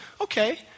okay